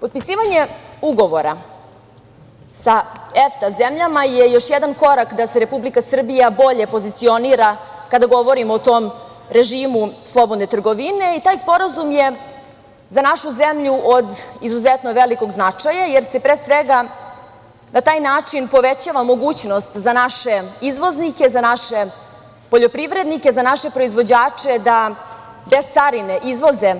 Potpisivanje ugovora sa EFTA zemljama je još jedan korak da se Republika Srbija bolje pozicionira kada govorimo o tom režimu slobodne trgovine i taj sporazum je za našu zemlju od izuzetno velikog značaja jer se pre svega na taj način povećava mogućnost za naše izvoznike, za naše poljoprivrednike, za naše proizvođače da bez carine izvoze